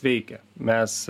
veikia mes